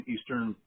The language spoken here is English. Eastern